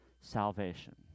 salvation